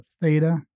theta